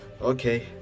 okay